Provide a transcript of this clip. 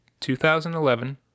2011